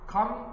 Come